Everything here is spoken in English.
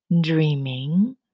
dreaming